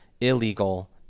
illegal